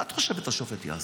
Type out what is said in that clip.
מה את חושבת השופט יעשה?